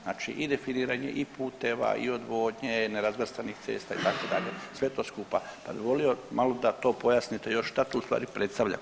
Znači i definiranje i puteva i odvodnje, nerazvrstanih cesta itd., sve to skupa, pa bi volio malo da to pojasnite još šta to u stvari predstavlja komasacija.